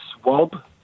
swab